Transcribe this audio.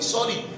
Sorry